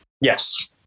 yes